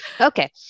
Okay